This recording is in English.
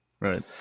Right